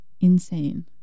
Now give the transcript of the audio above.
Insane